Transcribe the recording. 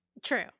True